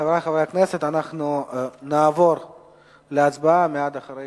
חברי חברי הכנסת אנחנו נעבור להצבעה, מייד אחרי